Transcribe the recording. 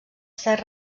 ser